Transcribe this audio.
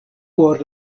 por